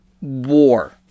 war